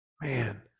man